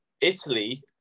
Italy